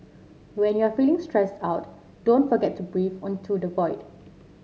when you are feeling stressed out don't forget to breathe in to the void